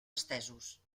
estesos